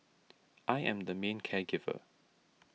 I am the main care giver